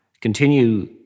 continue